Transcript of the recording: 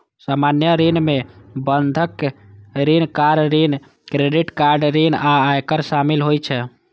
सामान्य ऋण मे बंधक ऋण, कार ऋण, क्रेडिट कार्ड ऋण आ आयकर शामिल होइ छै